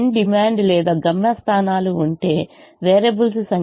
n demand లేదా గమ్యం స్థానాలు ఉంటే వేరియబుల్స్ సంఖ్య Xij mn